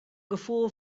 gefoel